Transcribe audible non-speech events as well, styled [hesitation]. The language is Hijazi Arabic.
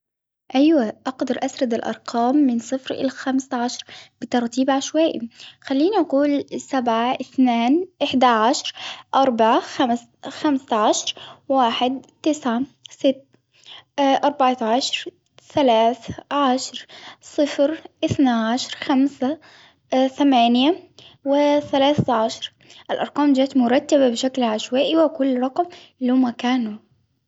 أيوة أقدر أسرد الأرقام من صفر إلى خمس عشر بترتيب عشوائي، خليني أقول سبعة ،اثنان، إحدي عشر ،أربعة ،خمس-خمسة عشر، واحد، تسعة، ستة، [hesitation] أربعة عشر، ثلاث ،عشر، صفر، اثنا عشر، خمسة [hesitation] ثمانية، وثلاثة عشر، الأرقام جت مرتبة بشكل عشوائي وكل رقم له مكانه.